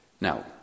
now